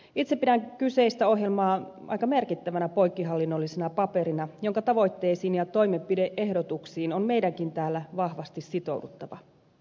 itse pidän kyseistä ohjelmaa aika merkittävänä poikkihallinnollisena paperina jonka tavoitteisiin ja toimenpide ehdotuksiin on meidänkin täällä vahvasti sitouduttava